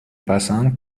پسند